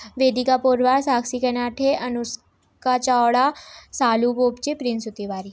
Vedika Purva Sakshi Kenathe Anushka Chavda Shalu Gopche Prince Tiwari